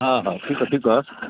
हा हा ठीकु आहे ठीकु आहे